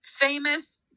famous